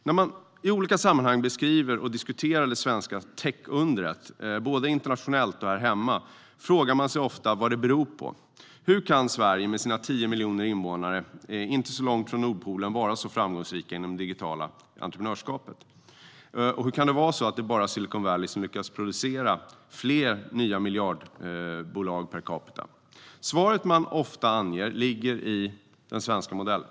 När man i olika sammanhang beskriver och diskuterar det svenska techundret, både internationellt och här hemma, frågar man sig ofta vad det beror på. Hur kan Sverige med sina 10 miljoner invånare, inte så långt från Nordpolen, vara så framgångsrikt inom det digitala entreprenörskapet? Och hur kan det vara så att det bara är Silicon Valley som lyckas producera fler nya miljardbolag per capita? Svaret som ges handlar ofta om den svenska modellen.